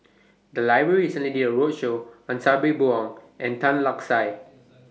The Library recently did A roadshow on Sabri Buang and Tan Lark Sye